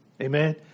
Amen